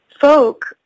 folk